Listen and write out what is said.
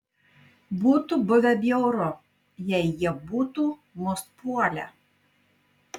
būtų buvę bjauru jei jie būtų mus puolę